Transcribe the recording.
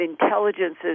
intelligences